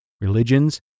religions